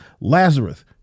Lazarus